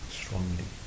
strongly